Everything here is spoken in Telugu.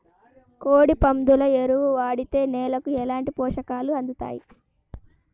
కోడి, పందుల ఎరువు వాడితే నేలకు ఎలాంటి పోషకాలు అందుతాయి